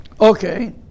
okay